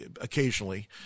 occasionally